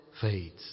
fades